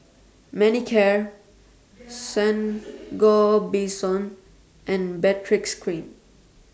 Manicare Sangobion and Baritex Cream